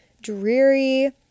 dreary